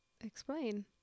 Explain